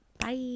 bye